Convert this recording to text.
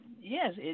Yes